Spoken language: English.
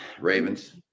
Ravens